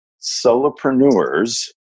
solopreneurs